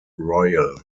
royal